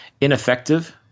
ineffective